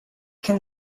can